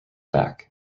back